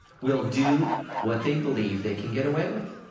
will do what they believe they can get away with.